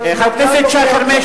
הורוביץ.